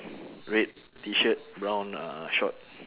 red T-shirt brown uh short